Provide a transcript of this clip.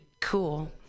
cool